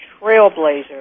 trailblazer